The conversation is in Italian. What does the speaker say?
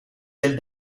del